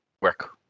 work